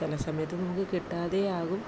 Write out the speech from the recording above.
ചില സമയത്ത് നമുക്ക് കിട്ടാതെയാകും